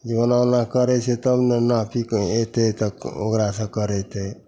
जे ओना ओना करै छै तब ने नापीके अएतै तऽ ओकरासे करेतै